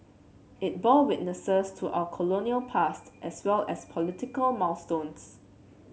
it bore witness to our colonial past as well as political milestones